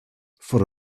for